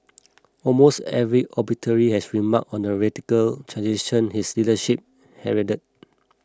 almost every obituary has remarked on the radical transition his leadership heralded